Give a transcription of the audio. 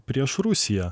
prieš rusiją